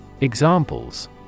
Examples